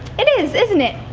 it is, isn't it.